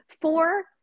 four